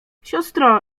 siostro